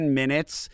minutes